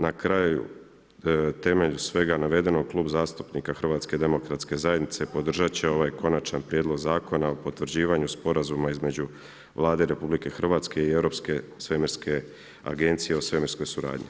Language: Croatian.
Na kraju, temelj svega navedenoga, Klub zastupnika HDZ-a podržat će ovaj Konačan prijedlog Zakona o potvrđivanju sporazuma između Vlade i Europske svemirske agencije o svemirskoj suradnji.